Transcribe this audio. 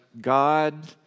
God